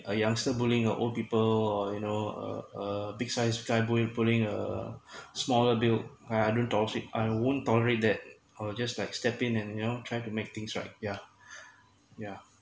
a youngster bullying or old people or you know uh uh big size try bully bullying a smaller dude I don't I won't tolerate that I will just like step in and you're trying to make things right yeah yeah